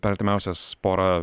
per artimiausias porą